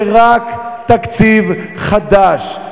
שרק תקציב חדש,